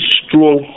strong